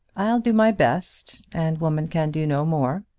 i'll do my best, and woman can do no more.